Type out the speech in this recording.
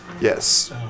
Yes